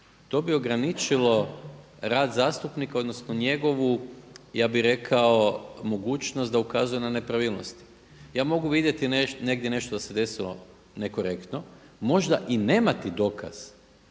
To bi ograničilo rad zastupnika odnosno njegovu ja bih rekao mogućnost da ukazuje na nepravilnosti. Ja mogu vidjeti negdje nešto da se desilo nekorektno, možda i nemati dokaz